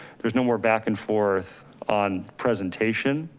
there's no more back and forth on presentation.